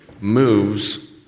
moves